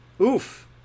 Oof